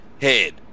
head